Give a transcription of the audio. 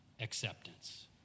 acceptance